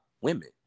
women